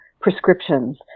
prescriptions